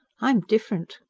i'm different.